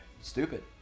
Stupid